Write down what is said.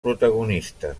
protagonista